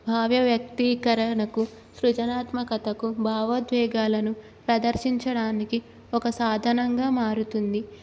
భావ్య వ్యక్తీకరణకు సృజనాత్మకతకు భావోద్వేగాలను ప్రదర్శించడానికి ఒక సాధనంగా మారుతుంది